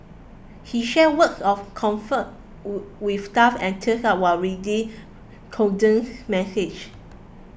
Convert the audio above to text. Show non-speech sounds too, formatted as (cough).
he shared words of comfort (unintelligible) with staff and teared up while reading condolence message